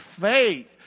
faith